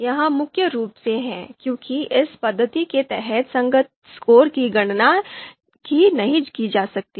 यह मुख्य रूप से है क्योंकि इस पद्धति के तहत संगतता स्कोर की गणना नहीं की जा सकती है